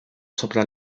sopra